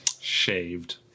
Shaved